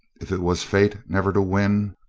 if it was fate never to win,